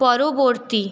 পরবর্তী